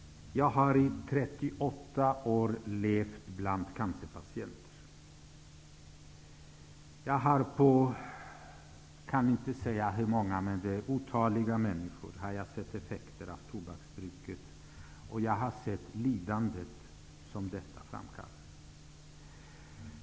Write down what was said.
Jag har i 38 år levt bland cancerpatienter. Jag kan inte säga hur många, men det är på otaliga människor som jag har sett effekterna av tobaksbruket, och jag har sett det lidande som detta framkallar.